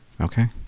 Okay